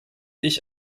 ich